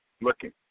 Looking